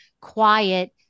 quiet